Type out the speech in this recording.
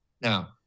Now